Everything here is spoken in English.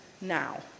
now